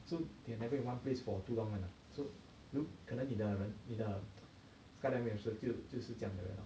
so they never in one place for too long [one] ah so 可能你的人你的 skydiving marshall 就是这样的人 lor